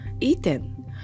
Ethan